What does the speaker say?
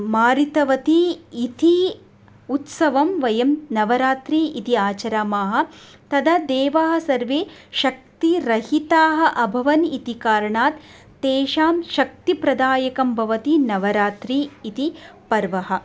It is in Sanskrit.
मारितवती इति उत्सवं वयं नवरात्रिः इति आचरामः तदा देवाः सर्वे शक्तिरहिताः अभवन् इति कारणात् तेषां शक्तिप्रदायकं भवति नवरात्रिः इति पर्वः